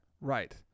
right